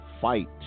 fight